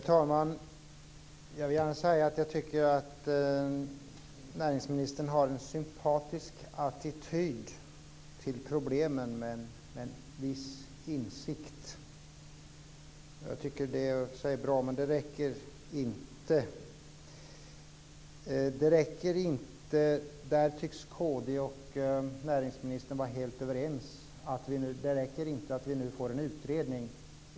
Herr talman! Jag tycker att näringsministern har en sympatisk attityd till problemen med en viss insikt. Det är i och för sig bra men räcker inte. Det räcker inte, tycks kd och näringsministern vara överens om, att vi nu får en utredning.